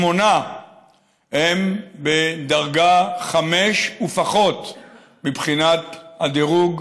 שמונה הם בדרגה 5 ופחות מבחינת הדירוג